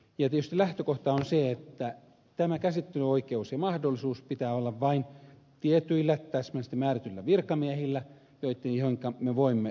tietysti lähtökohta on se että tämä käsittelyoikeus ja mahdollisuus pitää olla vain tietyillä täsmällisesti määrätyillä virkamiehillä joihinka me voimme luottaa